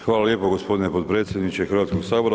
Hvala lijepo gospodine potpredsjedniče Hrvatskog sabora.